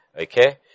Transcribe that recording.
Okay